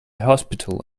hospital